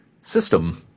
system